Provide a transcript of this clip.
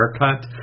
haircut